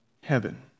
heaven